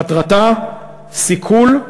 מטרתה: סיכול,